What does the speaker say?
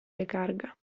recarga